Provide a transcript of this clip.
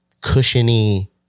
cushiony